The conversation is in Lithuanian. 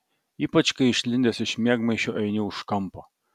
ypač kai išlindęs iš miegmaišio eini už kampo